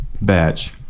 batch